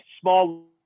small